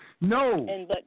No